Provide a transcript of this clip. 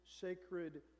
sacred